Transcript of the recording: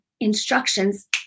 Instructions